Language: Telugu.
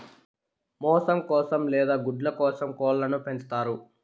మాంసం కోసం లేదా గుడ్ల కోసం కోళ్ళను పెంచుతారు